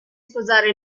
sposare